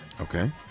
Okay